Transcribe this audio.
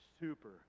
Super